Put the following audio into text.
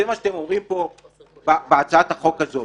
זה מה שאתם אומרים פה בהצעת החוק הזאת.